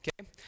Okay